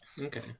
Okay